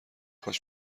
کاش